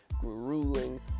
grueling